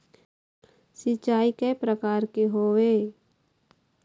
सिचाई कय प्रकार के होये?